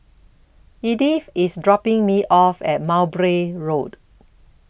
Edyth IS dropping Me off At Mowbray Road